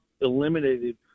eliminated